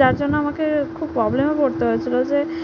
যার জন্য আমাকে খুব প্রবলেমে পড়তে হয়েছিল যে